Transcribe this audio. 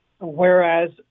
Whereas